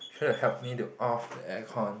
try to help me to off the air con